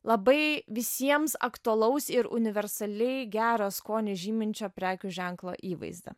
labai visiems aktualaus ir universaliai gerą skonį žyminčio prekių ženklo įvaizdį